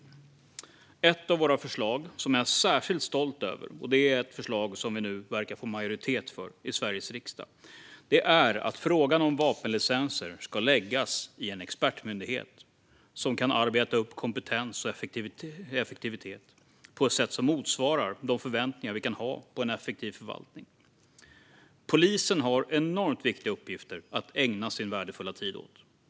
Ett av våra förslag som jag är särskilt stolt över, och som vi nu verkar få majoritet för i Sveriges riksdag, är att frågan om vapenlicenser ska läggas i en expertmyndighet som kan arbeta upp kompetens och effektivitet på ett sätt som motsvarar de förväntningar vi kan ha på en effektiv förvaltning. Polisen har enormt viktiga uppgifter att ägna sin värdefulla tid åt.